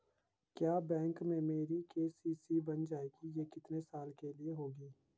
क्या बैंक में मेरी के.सी.सी बन जाएगी ये कितने साल के लिए होगी?